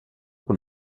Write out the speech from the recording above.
con